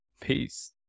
Peace